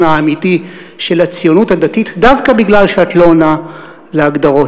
האמיתי של הציונות הדתית דווקא בגלל שאת לא עונה להגדרות.